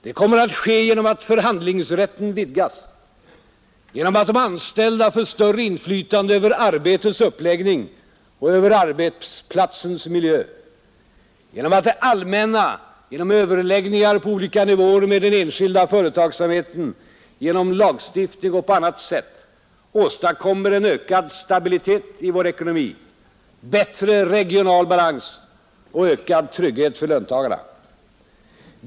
Det kommer att ske genom att förhandlingsrätten vidgas, genom att de anställda får större inflytande över arbetets uppläggning och över arbetsplatsens miljö, genom att det allmänna via överläggningar på olika nivåer med den enskilda företagsamheten, genom lagstiftning och på annat sätt åstadkommer en ökad stabilitet i vår ekonomi, bättre regional balans och ökad trygghet för löntagarna.